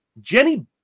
Jenny